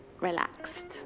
relaxed